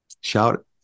shout